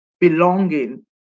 belonging